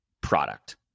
product